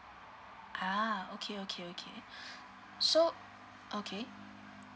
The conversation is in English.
ah okay okay okay so okay